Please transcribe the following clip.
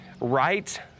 right